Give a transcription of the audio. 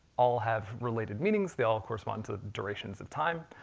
all have related meanings. they all correspond to durations of time,